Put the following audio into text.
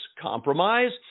compromise